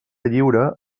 lliure